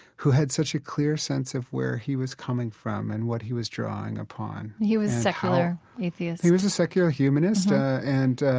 who had such a clear sense of where he was coming from and what he was drawing upon he was a secular atheist he was a secular humanist ah and,